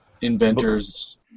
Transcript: inventors